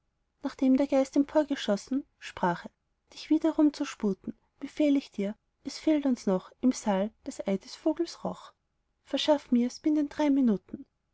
nachdem der geist emporgeschossen sprach er dich wiederum zu sputen befehl ich dir es fehlt uns noch im saal ein ei des vogels roch verschaff mir's binnen drei minuten